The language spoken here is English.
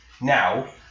now